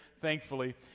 thankfully